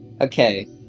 Okay